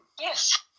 Yes